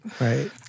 Right